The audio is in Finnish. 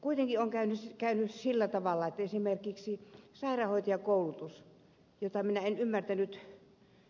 kuitenkin on käynyt sillä tavalla että esimerkiksi sairaanhoitajakoulutuksesta josta en ymmärtänyt